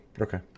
Okay